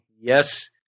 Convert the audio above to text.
Yes